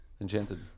enchanted